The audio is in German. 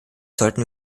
sollten